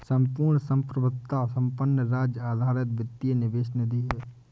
संपूर्ण संप्रभुता संपन्न राज्य आधारित वित्तीय निवेश निधि है